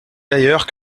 d’ailleurs